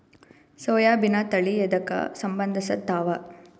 ಸೋಯಾಬಿನ ತಳಿ ಎದಕ ಸಂಭಂದಸತ್ತಾವ?